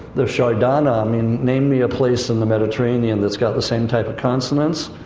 the shardana, i mean, name me a place in the mediterranean that's got the same type of consonants.